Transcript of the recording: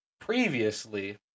previously